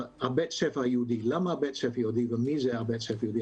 בית ספר יהודי למה בית ספר יהודי ומי זה בית ספר יהודי?